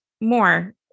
more